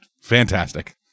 fantastic